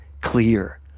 clear